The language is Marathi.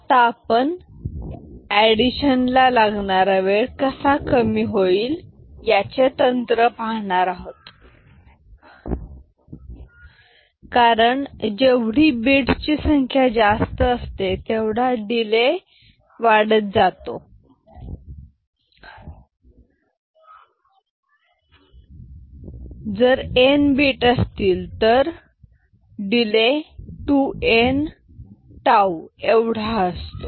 आता आपण ऑडिशन ला लागणारा वेळ कसा कमी होईल याचे तंत्र पाहणार आहोत कारण जेवढी बिट ची संख्या असते तेवढा डिले वाढत जातो जर असतील तर डिले टाईम 2n टाऊ एवढा असतो